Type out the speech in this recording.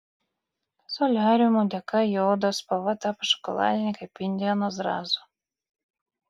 soliariumų dėka jo odos spalva tapo šokoladinė kaip indėno zrazo